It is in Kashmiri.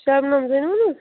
شَبنَم زٲنِوُن حظ